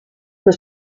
was